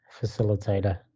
facilitator